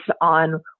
on